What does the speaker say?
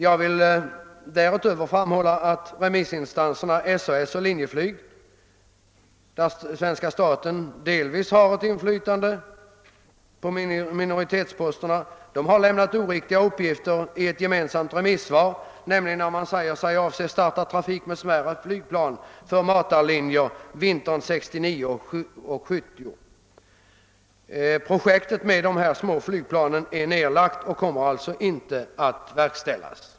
Jag vill därutöver framhålla att remissinstanserna SAS och Linjeflyg, i vilka svenska staten har inflytande på minoritetsposterna, har lämnat oriktiga uppgifter i ett gemensamt remissvar. Man säger sig nämligen avse att starta trafik med smärre flygplan för matarlinjer årsskiftet 1969—1970. Detta projekt är nedlagt, och planerna kommer alltså inte att förverkligas.